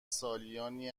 سالیانی